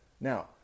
Now